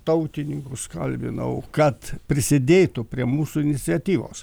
tautininkus kalbinau kad prisidėtų prie mūsų iniciatyvos